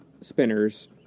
spinners